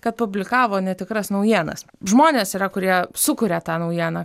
kad publikavo netikras naujienas žmonės yra kurie sukuria tą naujieną